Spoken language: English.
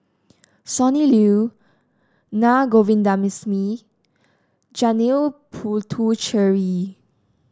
Sonny Liew Naa Govindasamy Janil Puthucheary